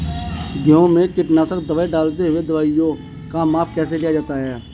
गेहूँ में कीटनाशक दवाई डालते हुऐ दवाईयों का माप कैसे लिया जाता है?